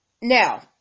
now